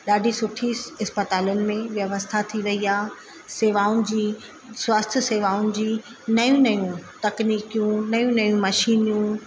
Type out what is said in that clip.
ॾाढी सुठी इस्पतालुनि में व्यवस्था थी वई आहे शेवाउनि जी स्वास्थ सेवाउनि जी नयूं नयूं तकनीकियूं नयूं नयूं मशीनियूं